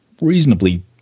reasonably